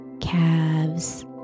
Calves